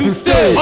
stay